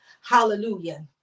Hallelujah